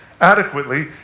adequately